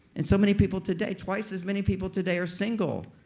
and so many people today, twice as many people today are single.